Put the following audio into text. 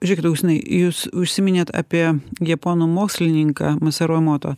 žiūrėkit augustinai jūs užsiminėt apie japonų mokslininką masaru emoto